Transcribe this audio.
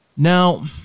Now